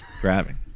Grabbing